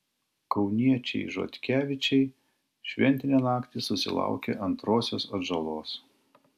kauniečiai žotkevičiai šventinę naktį susilaukė antrosios atžalos